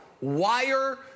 wire